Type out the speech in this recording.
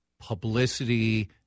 publicity –